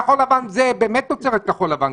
כחול לבן זה באמת תוצרת כחול לבן.